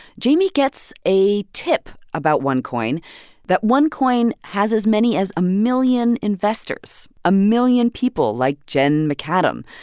jamie gets a tip about onecoin that onecoin has as many as a million investors a million people like jen mcadam,